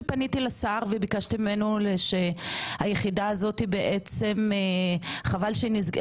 פניתי לשר וביקשתי ממנו שהיחידה הזו בעצם טוב שהיא נסגרה,